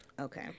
Okay